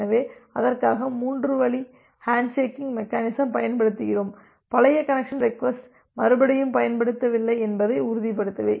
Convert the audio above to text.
எனவே அதற்காக மூன்று வழி ஹேண்ட்ஷேக் மெக்கெனிசம் பயன்படுத்துகிறோம் பழைய கனெக்சன் ரெக்வஸ்ட்டை மறுபடியும் பயன்படுத்தவில்லை என்பதை உறுதிப்படுத்தவே